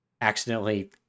accidentally